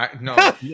No